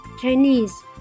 Chinese